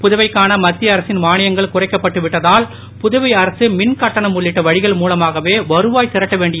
புதுவைக்கான மத்திய அரசின் மானியங்கள் குறைக்கப்பட்டுவிட்டதால் புதுவை அரசு மின் கட்டணம் உள்ளிட்ட வழிகள் மூலமாகவே வருவாய் திரட்ட வேண்டி